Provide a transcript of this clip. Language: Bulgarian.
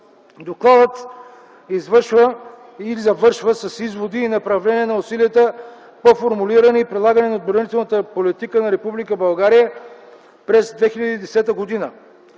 Докладът завършва с изводи и направления на усилията по формулиране и прилагане на отбранителната политика на Република